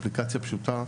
שהיא אפליקציה פשוטה,